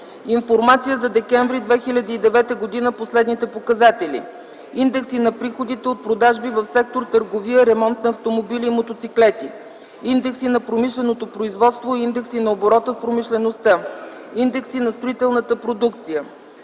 Информация за м. декември 2009 г. по следните показатели: индекси на приходите от продажби в сектор търговия, ремонт на автомобили и мотоциклети; индекси на промишленото производство и индекси на оборота в промишлеността; индекси на строителната продукция;